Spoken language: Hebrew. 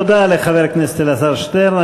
תודה לחבר הכנסת אלעזר שטרן.